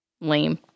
Lame